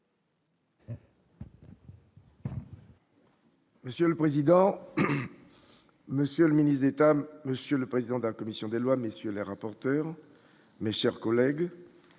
Monsieur le président, monsieur le ministre d'État, monsieur le président de la commission des lois, messieurs les rapporteurs mais, chers collègues,